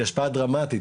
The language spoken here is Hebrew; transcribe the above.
היא השפעה דרמטית.